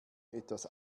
etwas